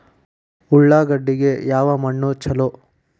ಉಳ್ಳಾಗಡ್ಡಿಗೆ ಯಾವ ಮಣ್ಣು ಛಲೋ?